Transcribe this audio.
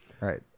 right